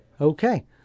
Okay